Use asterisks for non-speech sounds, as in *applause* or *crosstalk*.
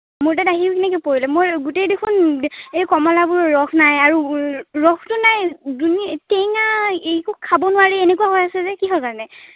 মোৰ তাত আহি *unintelligible* পৰিলে মোৰ গোটেই দেখোন এই কমলাবোৰ ৰস নাই আৰু ৰসটো নাই *unintelligible* টেঙা একো খাব নোৱাৰি এনেকুৱা হৈ আছে যে কিহৰ কাৰণে